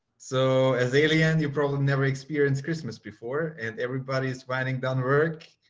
so as aliens you probably never experienced christmas before and everybody's winding down work.